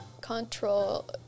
control